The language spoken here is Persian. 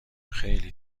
خیلی